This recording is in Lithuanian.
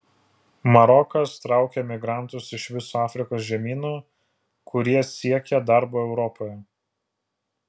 marokas traukia migrantus iš viso afrikos žemyno kurie siekia darbo europoje